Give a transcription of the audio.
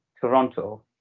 Toronto